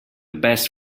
best